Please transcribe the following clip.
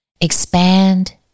Expand